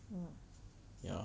ya